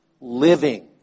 Living